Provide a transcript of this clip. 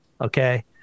okay